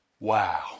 Wow